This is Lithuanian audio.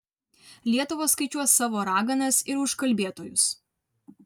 lietuva skaičiuos savo raganas ir užkalbėtojus